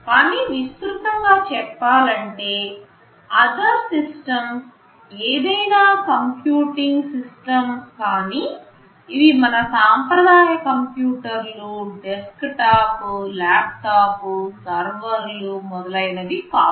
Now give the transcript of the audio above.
కానీ విస్తృతంగా చెప్పాలంటే ఈ మిగతా వ్యవస్థ లు ఏదైనా కంప్యూటింగ్ సిస్టమ్ కానీ ఇవి మన సంప్రదాయ కంప్యూటర్లు డెస్క్టాప్ ల్యాప్టాప్ సర్వర్లు మొదలైనవి కావు